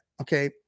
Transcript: okay